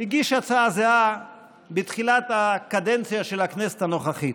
הגיש הצעה זהה בתחילת הקדנציה של הכנסת הנוכחית.